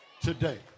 today